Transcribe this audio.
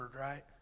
right